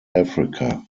africa